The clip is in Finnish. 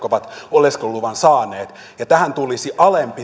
oleskeluluvan saaneet ja tähän tulisi alempi